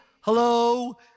hello